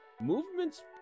Movement's